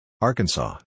Arkansas